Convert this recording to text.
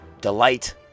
Delight